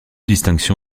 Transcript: distinction